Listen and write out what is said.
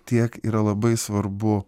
tiek yra labai svarbu